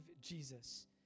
Jesus